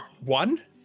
One